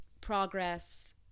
progress